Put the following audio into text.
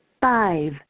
Five